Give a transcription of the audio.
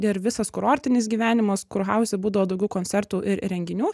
ir visas kurortinis gyvenimas kurhauze būdavo daugiau koncertų ir renginių